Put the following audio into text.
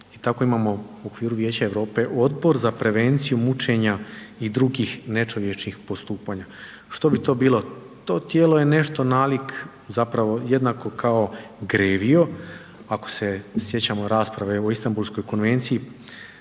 i tako imamo u okviru Vijeća Europe Odbor za prevenciju mučenja i drugih nečovječnih postupanja. Što bi to bilo? To tijelo je nešto nalik zapravo jednako kao GREVIO, ako se sjećamo rasprave o Istambulskoj konvenciji